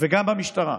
וגם במשטרה.